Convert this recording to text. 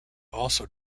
also